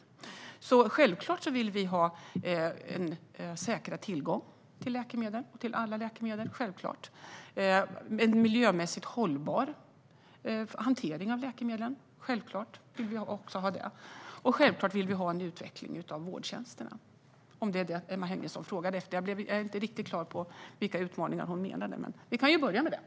Vi vill självklart ha en säkrad tillgång till alla läkemedel, en miljömässigt hållbar hantering av läkemedlen och en utveckling av vårdtjänsterna - om det är detta Emma Henriksson frågar efter. Jag är inte riktigt på det klara med vilka utmaningar hon menar, men vi kan ju börja med detta.